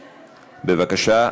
בבקשה.